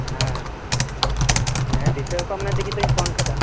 ᱦᱟᱸᱻᱦᱟᱸ ᱦᱮᱸ ᱫᱤᱥᱟᱹ ᱟᱠᱟᱫᱢᱮ ᱛᱮᱜᱮᱛᱚᱧ ᱯᱷᱳᱱ ᱟᱠᱟᱫᱟ